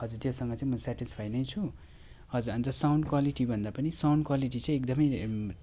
हजुर त्योसँग चाहिँ म सेटिसफाई नै छु हजुर अन्त साउन्ड क्वालिटी भन्दा पनि साउन्ड क्वालिटी चाहिँ एकदमै